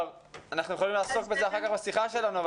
אנחנו יכולים לעסוק בזה אחר כך בשיחה שלנו,